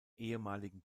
ehemaligen